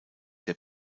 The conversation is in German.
der